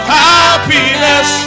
happiness